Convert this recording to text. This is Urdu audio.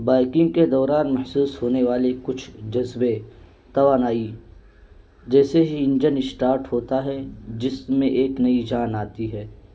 بائکنگ کے دوران محسوس ہونے والے کچھ جذبے توانائی جیسے ہی انجن اسٹارٹ ہوتا ہے جس میں ایک نئی جان آتی ہے